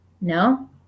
No